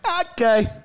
Okay